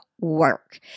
work